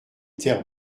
terres